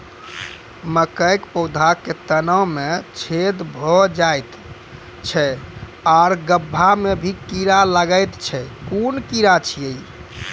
मकयक पौधा के तना मे छेद भो जायत छै आर गभ्भा मे भी कीड़ा लागतै छै कून कीड़ा छियै?